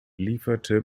lieferte